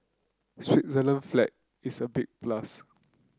Switzerland flag is a big plus